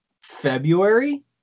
february